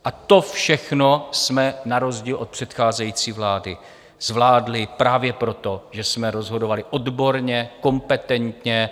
A to všechno jsme na rozdíl od předcházející vlády zvládli právě proto, že jsme rozhodovali odborně, kompetentně.